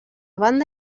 banda